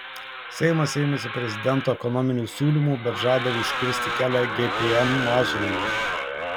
seimas ėmėsi prezidento ekonominių siūlymų bet žada užkirsti kelią gpm mažinimui